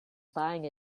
buying